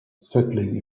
settling